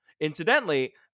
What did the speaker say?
Incidentally